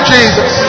Jesus